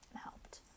helped